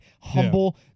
humble